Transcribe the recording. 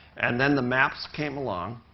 and then the maps came along.